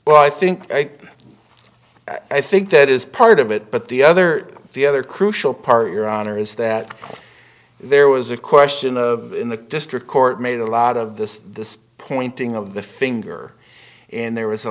well i think i think that is part of it but the other the other crucial part of your honor is that there was a question of in the district court made a lot of the pointing of the finger in there was a